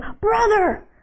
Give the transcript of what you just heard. Brother